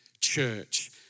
church